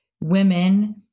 women